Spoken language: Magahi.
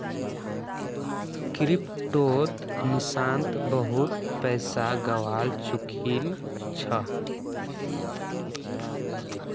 क्रिप्टोत निशांत बहुत पैसा गवा चुकील छ